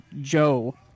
Joe